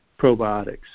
probiotics